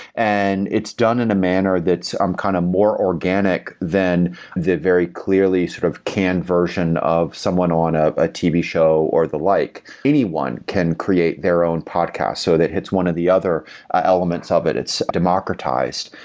and it's done in a manner that's i'm kind of more organic than the very clearly sort of canned version of someone on ah a tv show, or the like anyone can create their own podcast so that it's one of the other elements of it. it's democratized.